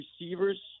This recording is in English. receivers